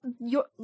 your-